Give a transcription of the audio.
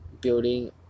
building